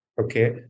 Okay